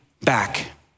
back